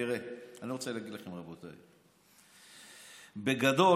תראה, אני רוצה להגיד לכם, רבותיי: בגדול,